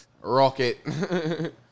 Rocket